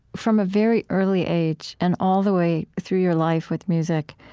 from a very early age and all the way through your life with music,